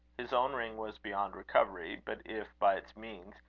his own ring was beyond recovery but if, by its means,